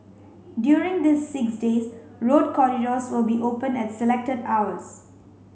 during these six days road corridors will be open at selected hours